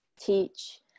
teach